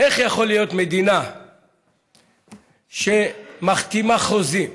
איך יכולה להיות שהמדינה מחתימה על חוזים,